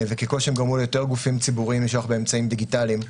וככל שהם גרמו ליותר גופים ציבוריים לשלוח באמצעים דיגיטליים,